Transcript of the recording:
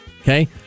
Okay